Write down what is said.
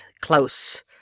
close